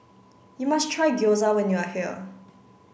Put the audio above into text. you must try Gyoza when you are here